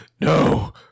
no